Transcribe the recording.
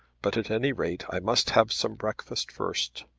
but at any rate i must have some breakfast first.